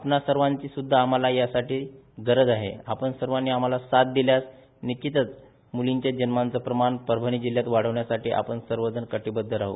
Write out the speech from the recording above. आपणा सर्वांची सुध्दा आम्हाला यासाठी गरज आहे आपण सर्वांनी आम्हाला साथ दिल्यास निश्चितच मुलींच्या जन्मांचं प्रमाण परभणी जिल्ह्यात वाढवण्यासाठी कटीबद्ध राहू